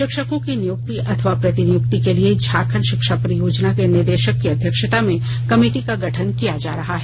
शिक्षकों की नियुक्ति अथवा प्रतिनियुक्ति के लिए झारखंड शिक्षा परियोजना के निर्देशक की अध्यक्षता में कमेटी का गठन किया जा रहा है